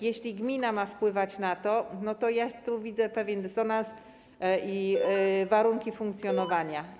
Jeśli gmina ma wpływać na to, to ja tu widzę pewien dysonans i... ...warunki funkcjonowania.